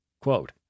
quote